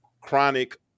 chronic